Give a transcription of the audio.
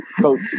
Coach